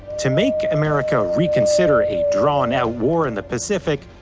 to make america reconsider a drawn out war in the pacific,